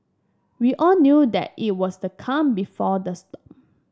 we all knew that it was the calm before the storm